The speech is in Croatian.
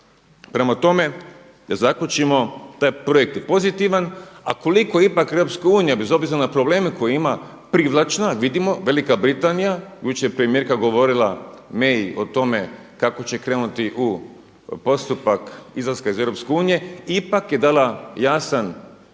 Prema tome, da zaključimo, taj projekt je pozitivan, a koliko je ipak EU bez obzira na probleme koje ima privlačna vidimo Velika Britanija, jučer je premijerka govorila Mai o tome kako će krenuti u postupak izlaska iz EU, ipak je dala jasan odgovor